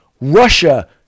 Russia